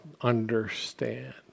understand